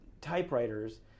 typewriters